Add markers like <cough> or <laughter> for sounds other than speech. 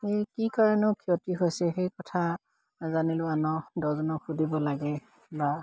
সেই কি কাৰণে ক্ষতি হৈছে সেই কথা <unintelligible> আন দহজনক সুধিব লাগে বা